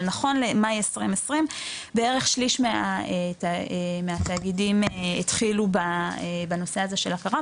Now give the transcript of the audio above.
אבל נכון למאי 2020 בערך שליש מהתאגידים התחילו בנושא הזה של הקר"מ,